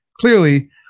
Clearly